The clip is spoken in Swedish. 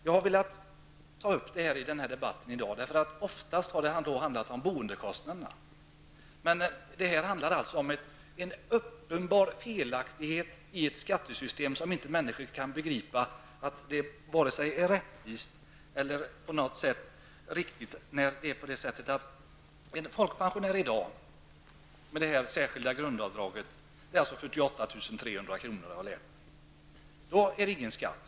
Jag har tagit upp denna sak i dagens debatt bl.a. därför att det ofta handlar om boendekostnaderna. Men här rör det sig om en uppenbar felaktighet i ett skattesystem som människor inte upplever som rättvist eller riktigt. En folkpensionär som i dag får göra ett grundavdrag på 48 300 kr. behöver inte betala någon skatt.